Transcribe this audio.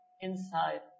inside